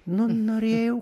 nu norėjau